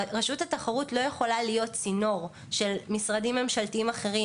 רשות התחרות לא יכולה להיות צינור של משרדים ממשלתיים אחרים